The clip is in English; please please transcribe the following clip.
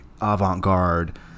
avant-garde